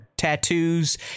tattoos